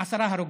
עשרה הרוגים,